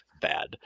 bad